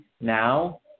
now